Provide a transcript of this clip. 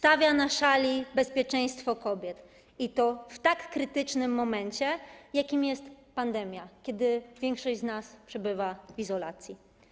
Kładzie na szali bezpieczeństwo kobiet, i to w tak krytycznym momencie, jakim jest pandemia, kiedy większość z nas przebywa w izolacji.